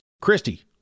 Christy